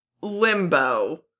limbo